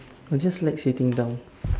I just like sitting down